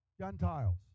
Gentiles